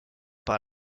par